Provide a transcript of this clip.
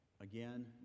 again